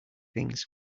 things